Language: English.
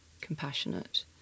compassionate